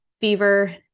fever